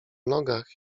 nogach